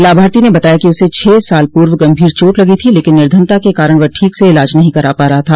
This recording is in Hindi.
लाभार्थी ने बताया कि उसे छह साल पूर्व गंभीर चोट लगी थी लेकिन निर्धनता के कारण वह ठीक से इलाज नहीं करा पा रहा था